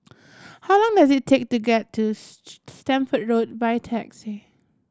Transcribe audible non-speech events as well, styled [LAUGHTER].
how long does it take to get to [UNINTELLIGIBLE] Stamford Road by taxi